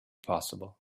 possible